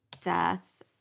death